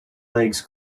legs